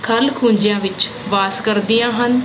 ਖਲ ਖੂੰਜਿਆਂ ਵਿੱਚ ਵਾਸ ਕਰਦੀਆਂ ਹਨ